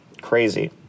crazy